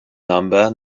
number